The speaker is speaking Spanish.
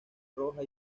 roja